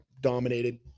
dominated